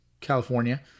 California